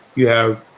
you have.